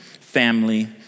family